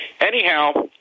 Anyhow